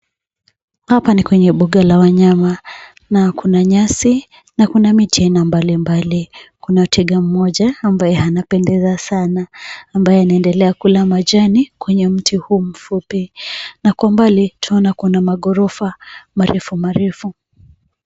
Hapa ni kwenye mbuga la wanyama na kuna nyasi na kuna miti ya aina mbalimbali. Kuna twiga mmoja ambaye anapendeza sana ambaye anaendelea kula majani kwenye mti huu mfupi, na kwa mbali tunaweza kuona maghorofa marefu marefu.